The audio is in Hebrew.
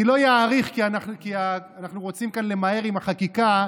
אני לא אאריך כי אנחנו רוצים כאן למהר עם החקיקה,